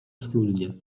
schludnie